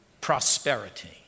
prosperity